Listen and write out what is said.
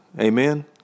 amen